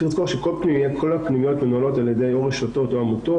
צריך לזכור שכל הפנימיות מנוהלות על ידי רשתות או עמותות.